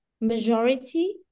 majority